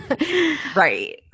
Right